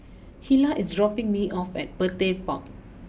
Hilah is dropping me off at Petir Park